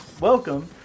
Welcome